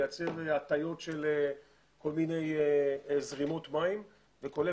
לייצר הטיות של כל מיני זרימות מים וכולל